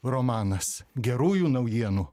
romanas gerųjų naujienų